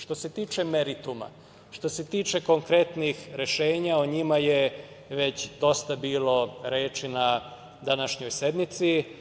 Što se tiče merituma, što se tiče konkretnih rešenja, o njima je već dosta bilo reči na današnjoj sednici.